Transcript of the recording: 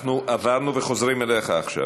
אנחנו עברנו, וחוזרים אליך עכשיו.